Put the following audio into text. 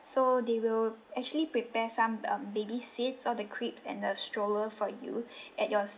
so they will actually prepare some um baby seat or the crib and the stroller for you at your